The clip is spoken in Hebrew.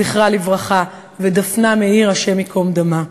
זכרה לברכה, ודפנה מאיר, השם ייקום דמה.